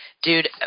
Dude